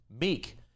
meek